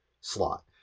slot